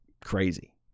crazy